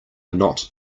not